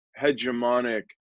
hegemonic